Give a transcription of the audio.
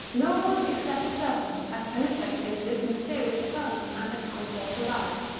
no one, except the servants, had penetrated into this mysterious asylum and had come forth alive.